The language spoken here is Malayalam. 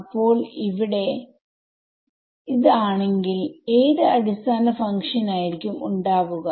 അപ്പോൾ ഇവിടെ ആണെങ്കിൽ ഏത് അടിസ്ഥാന ഫങ്ക്ഷൻ ആയിരിക്കും ഉണ്ടായിരിക്കുക